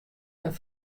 men